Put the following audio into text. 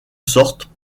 sorte